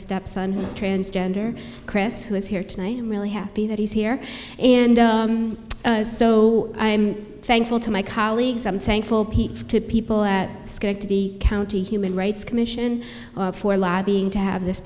stepson who is transgender chris who is here tonight i'm really happy that he's here and so i'm thankful to my colleagues i'm thankful peak to people at schenectady county human rights commission for lobbying to have this